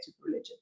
religion